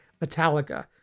Metallica